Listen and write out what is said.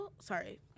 Sorry